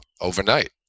overnight